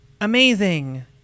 Amazing